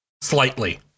slightly